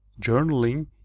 journaling